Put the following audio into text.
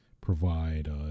provide